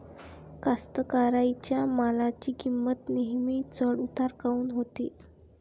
कास्तकाराइच्या मालाची किंमत नेहमी चढ उतार काऊन होते?